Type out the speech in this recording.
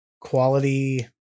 Quality